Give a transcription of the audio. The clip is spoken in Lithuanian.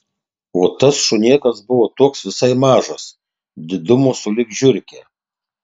o tas šunėkas buvo toks visai mažas didumo sulig žiurke